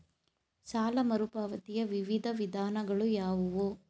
ಸಾಲ ಮರುಪಾವತಿಯ ವಿವಿಧ ವಿಧಾನಗಳು ಯಾವುವು?